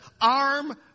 arm